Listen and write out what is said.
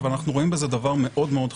אבל אנחנו רואים בזה דבר מאוד-מאוד חשוב,